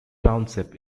township